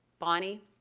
bonnie,